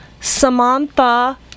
Samantha